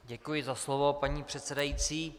Děkuji za slovo, paní předsedající.